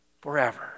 forever